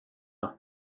noch